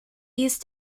used